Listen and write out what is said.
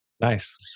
nice